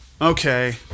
okay